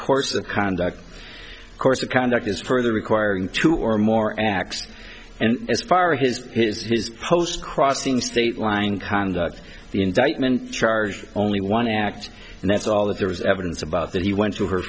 course of conduct course of conduct as per the requiring two or more acts and as far his his his post crossing state lines conduct the indictment charge only one act and that's all that there is evidence about that he went to her